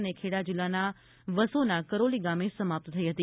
અને ખેડા જિલ્લાના વસોના કરોલી ગામે સમાપ્ત થઈ હતી